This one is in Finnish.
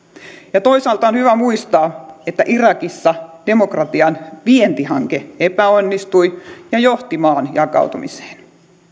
toisaalta on hyvä muistaa että irakissa demokratian vientihanke epäonnistui ja johti maan jakautumiseen